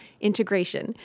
Integration